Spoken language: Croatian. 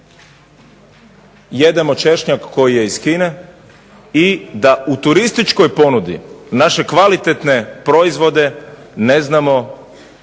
jedemo češnjak koji je iz Kine, i da u turističkoj ponudi naše kvalitetne proizvode ne znamo